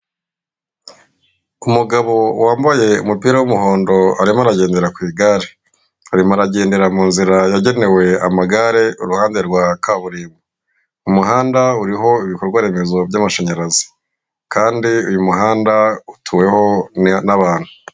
Umugabo wambaye umupira w'umuhondo arimo aragendera ku igare. Arimo aragendera mu nzira yagenewe amagare iruhande rwa kaburimbo. Umuhanda uriho ibikorwa remezo by'amashanyarazi kandi uyu muhanda utuweho n'abantu.